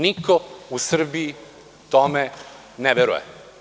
Niko u Srbiji tome ne veruje.